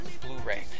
Blu-Ray